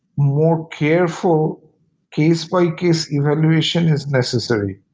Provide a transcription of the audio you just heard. more careful case-by-case evaluation is necessary.